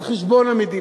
על חשבון המדינה.